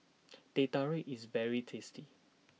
Teh Tarik is very tasty